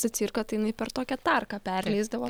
zacirką tai jinai per tokią tarką perleisdavo